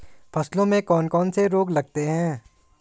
फसलों में कौन कौन से रोग लगते हैं?